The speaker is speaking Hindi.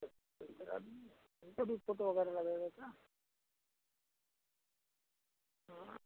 करा दीजिएगा उनका भी फ़ोटो वगैरह लगेगा क्या हाँ